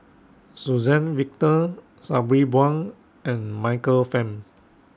Suzann Victor Sabri Buang and Michael Fam